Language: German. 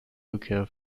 rückkehr